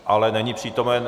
Ale není přítomen...